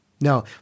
no